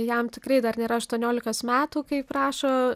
jam tikrai dar nėra aštuoniolikos metų kaip rašo